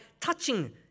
touching